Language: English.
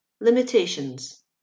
Limitations